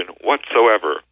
whatsoever